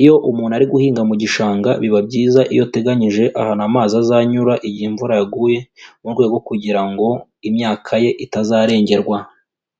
Iyo umuntu ari guhinga mu gishanga, biba byiza iyo ateganyije ahantu amazi azanyura igihe imvura yaguye, mu rwego kugira ngo imyaka ye itazarengerwa.